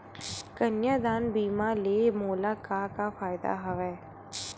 कन्यादान बीमा ले मोला का का फ़ायदा हवय?